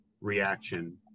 reaction